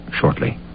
shortly